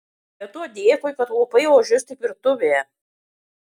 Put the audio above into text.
be to dėkui kad lupai ožius tik virtuvėje